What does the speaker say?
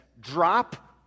drop